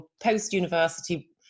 post-university